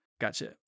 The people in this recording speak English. Gotcha